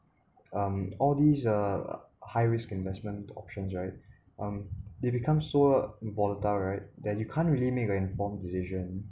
um all these uh high risk investment options right um they become so volatile right that you can't really make an informed decision